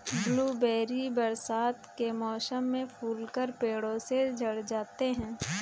blueberry बरसात के मौसम में फूलकर पेड़ों से झड़ जाते हैं